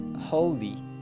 holy